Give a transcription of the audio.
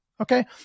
Okay